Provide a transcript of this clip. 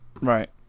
right